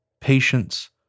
patience